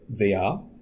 VR